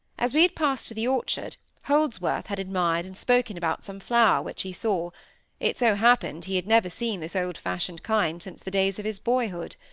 as we had passed to the orchard, holdsworth had admired and spoken about some flower which he saw it so happened he had never seen this old-fashioned kind since the days of his boyhood.